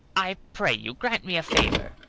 i pray you grant me a favor.